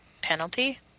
penalty